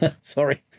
Sorry